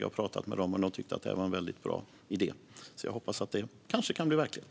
Jag har pratat med dem, och de tyckte att det här var en väldigt bra idé. Jag hoppas att den kan bli verklighet.